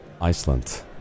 Iceland